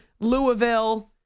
Louisville